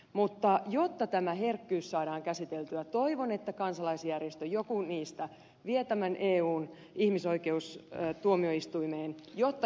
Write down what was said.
mutta jotta tämä herkkyys saadaan käsiteltyä toivon että kansalaisjärjestö joku niistä vie tämän eun ihmisoikeustuomioistuimeen jotta keskustelulle saadaan piste